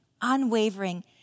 unwavering